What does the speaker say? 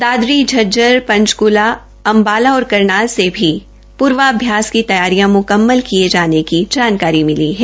दादरी झज्जर पंचकूला अम्बाला और करनाल में भी पूर्वाभ्यास की तैयारियां मुकम्मल किये जाने की जानकारी मिली है